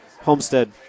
Homestead